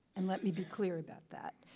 and let me be clear about that,